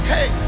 Hey